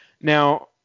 Now